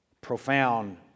Profound